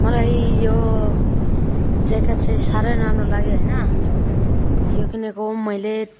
मलाई यो ज्याकेट चाहिँ साह्रै राम्रो लाग्यो होइन यो किनेको मैले